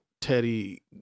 Teddy